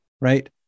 right